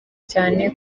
cyane